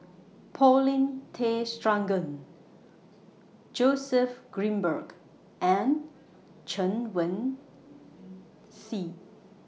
Paulin Tay Straughan Joseph Grimberg and Chen Wen Hsi